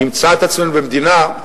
נמצא את עצמנו במדינה,